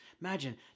Imagine